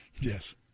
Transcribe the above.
Yes